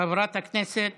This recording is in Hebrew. חברת הכנסת